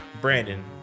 Brandon